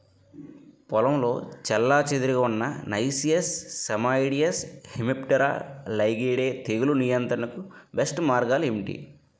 పొలంలో చెల్లాచెదురుగా ఉన్న నైసియస్ సైమోయిడ్స్ హెమిప్టెరా లైగేయిడే తెగులు నియంత్రణకు బెస్ట్ మార్గాలు ఏమిటి?